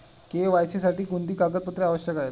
KYC साठी कोणती कागदपत्रे आवश्यक आहेत?